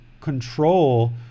control